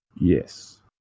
Yes